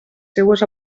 seues